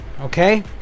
okay